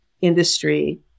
industry